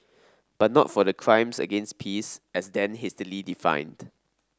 but not for crimes against peace as then hastily defined